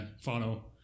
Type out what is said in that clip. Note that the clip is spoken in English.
follow